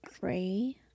gray